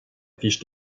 fiche